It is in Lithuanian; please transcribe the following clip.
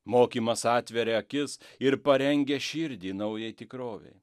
mokymas atveria akis ir parengia širdį naujai tikrovei